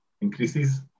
increases